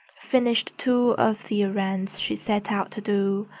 finished two of the errands she set out to do,